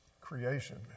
creation